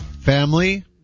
family